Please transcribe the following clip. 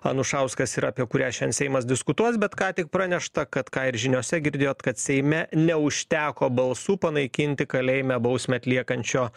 anušauskas ir apie kurią šiandien seimas diskutuos bet ką tik pranešta kad ką ir žiniose girdėjot kad seime neužteko balsų panaikinti kalėjime bausmę atliekančio